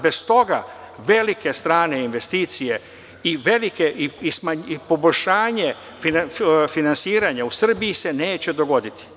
Bez toga velike strane investicije i poboljšanje finansiranja u Srbiji se neće dogoditi.